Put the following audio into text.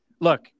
look